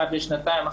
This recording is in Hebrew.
אחת לשנתיים,